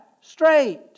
straight